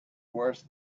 worse